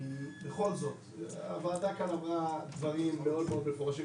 כי בכל זאת הוועדה כאן אמרה דברים מאוד מאוד מפורשים,